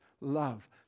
love